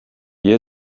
ehe